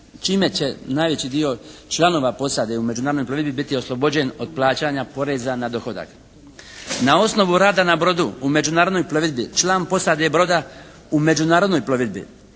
čime će najveći dio članova posade u međunarodnoj plovidbi biti oslobođen od plaćanja poreza na dohodak. Na osnovu rada na brodu u međunarodnoj plovidbi član posade broda u međunarodnoj plovidbi